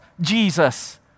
Jesus